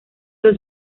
dos